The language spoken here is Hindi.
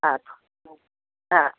हाँ हाँ